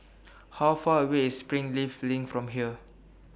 How Far away IS Springleaf LINK from here